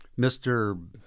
Mr